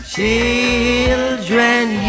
Children